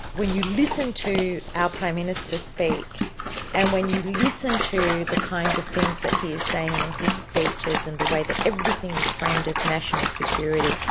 when you listen to our prime minister speak and when you listen to the kinds of things that he is saying in his speeches and the way that everything is framed as national security,